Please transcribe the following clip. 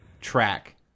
track